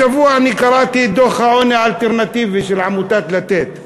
השבוע קראתי את דוח העוני האלטרנטיבי של עמותת "לתת".